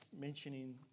mentioning